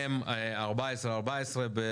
מ/1414.